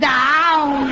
down